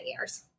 years